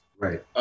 Right